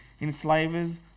enslavers